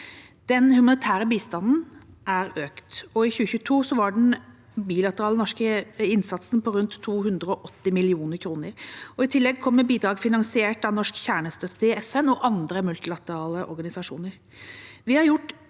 Den humanitære bistanden er økt, og i 2022 var den bilaterale norske innsatsen på rundt 280 mill. kr. I tillegg kommer bidrag finansiert av norsk kjernestøtte i FN og andre multilaterale organisasjoner.